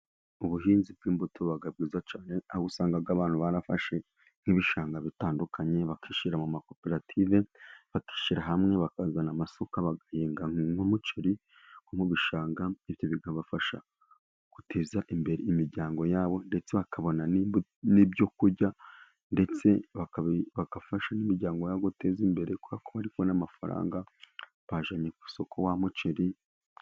Ubuhinzi bw'imbuto buba bwiza, aho usanga abantu barafashe nk'ibishanga bitandukanye bakishira mu makoperative, bakishyira hamwe bakazana amasuka bagahinga nk'umuceri mu bishanga, bikabafasha guteza imbere imiryango yabo, ndetse bakabona n'ibyo kurya ndetse bagafasha n'imiryango yabo guteza imbere kubera ko bari kubona amafaranga bajyanye ku isoko wa muceri.